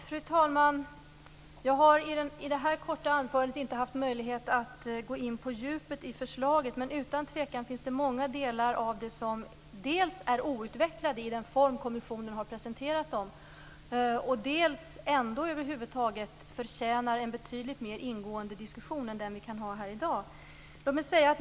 Fru talman! Jag har i detta korta anförande inte haft möjlighet att gå in på djupet i förslaget. Det finns utan tvekan många delar i det som dels är outvecklade i den form kommissionen har presenterat dem, dels förtjänar en betydligt mer ingående diskussion än den vi kan ha här i dag.